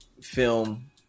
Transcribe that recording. film